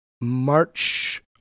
March